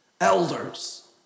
elders